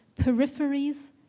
peripheries